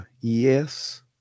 yes